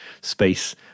space